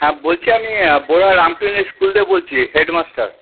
হ্যাঁ বলছি আমি বহরা রামকৃষ্ণ ইস্কুল থেকে বলছি হেড মাস্টার